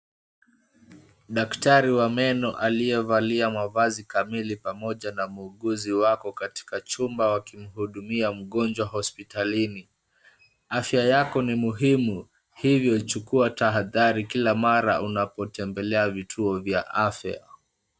Daktari wa meno aliyevalia mavazi kamili pamoja na muuguzi wako katika chumba wakimhudumia mgonjwa hospitalini. Afya yako ni muhimu. Hivyo chukua tahadhari kila mara unapotembelea vituo vya afya.